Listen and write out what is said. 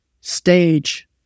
stage